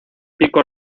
pico